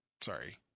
sorry